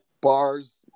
bars